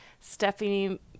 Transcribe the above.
Stephanie